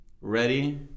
Ready